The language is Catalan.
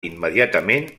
immediatament